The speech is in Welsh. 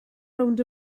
rownd